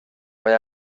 mae